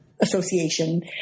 association